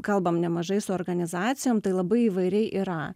kalbam nemažai su organizacijom tai labai įvairiai yra